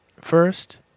First